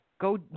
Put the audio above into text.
go